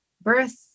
birth